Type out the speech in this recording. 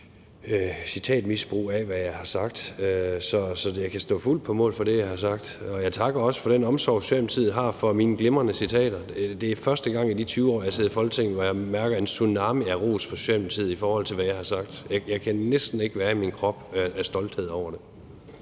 citatmisbrug af, hvad jeg har sagt. Så jeg kan stå fuldt på mål for det, jeg har sagt, og jeg takker også for den omsorg, Socialdemokratiet har for mine glimrende citater. Det er første gang i de 20 år, jeg har siddet i Folketinget, hvor jeg har mærket en tsunami af ros fra Socialdemokratiet, i forhold til hvad jeg har sagt. Jeg kan næsten ikke være i min krop af stolthed over det.